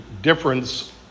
difference